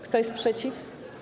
Kto jest przeciw?